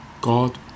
God